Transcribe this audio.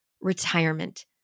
retirement